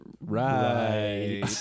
right